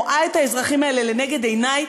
רואה את האזרחים האלה לנגד עיני,